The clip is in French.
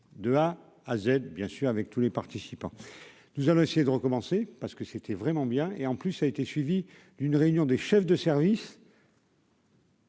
de A à Z, bien sûr, avec tous les participants, nous allons essayer de recommencer parce que c'était vraiment bien et en plus, ça a été suivie d'une réunion des chefs de service.